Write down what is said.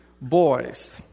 boys